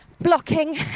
Blocking